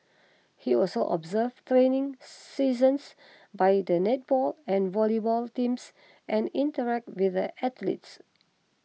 he also observed training seasons by the netball and volleyball teams and interacted with the athletes